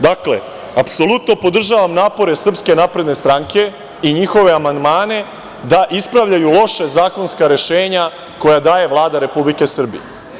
Dakle, apsolutno podržavam napore SNS i njihove amandmane da ispravljaju loša zakonska rešenja koja daje Vlada Republike Srbije.